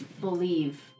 believe